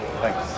thanks